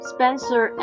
Spencer